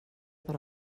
per